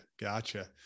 Gotcha